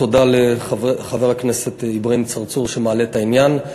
תודה לחבר הכנסת אברהים צרצור שמעלה את העניין.